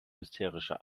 hysterische